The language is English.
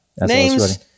Names